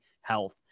health